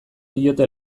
diote